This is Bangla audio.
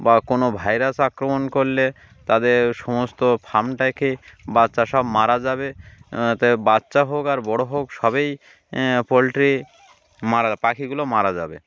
বা কোনো ভাইরাস আক্রমণ করলে তাদের সমস্ত ফার্মটাকেই বাচ্চা সব মারা যাবেতে বাচ্চা হোক আর বড়ো হোক সবই পোলট্রি মারা পাখিগুলো মারা যাবে